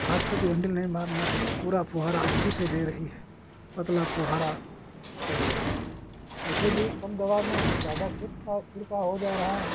हाथ से भी हेंडिल नहीं मारना है पूरा फुहारा अच्छी से दे रही है पतला फुहारा तो ऐसे भी कम दवा में ज़्यादा खेत का छिड़काव हो जा रहा है